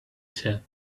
said